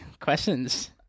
Questions